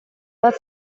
bat